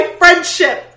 friendship